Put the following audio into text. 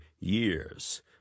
years